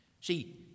See